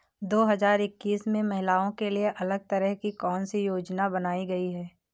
दो हजार इक्कीस में महिलाओं के लिए अलग तरह की कौन सी योजना बनाई गई है?